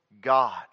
God